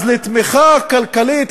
אז לתמיכה כלכלית,